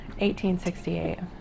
1868